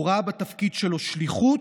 הוא ראה בתפקיד שלו שליחות,